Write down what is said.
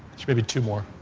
or maybe two more.